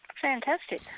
Fantastic